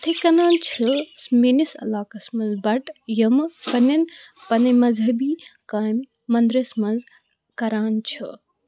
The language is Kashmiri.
یِتھَے کٔنۍ چھِ میٲنِس عَلاقَس منٛز بَٹہِ یمہٕ پَنِٮ۪ن پَنٮ۪ن مَذہبی کٲمہِ مَنٛدرَس منٛز کَران چھِ